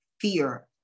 fear